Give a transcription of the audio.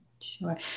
Sure